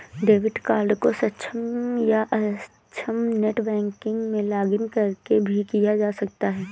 debit card को सक्षम या अक्षम नेट बैंकिंग में लॉगिंन करके भी किया जा सकता है